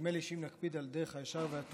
נדמה שאם נקפיד על דרך הישר והטוב,